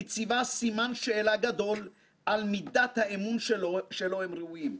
מציבה סימן שאלה גדול על מידת האמון שלו הם ראויים.